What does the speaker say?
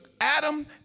Adam